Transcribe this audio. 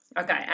Okay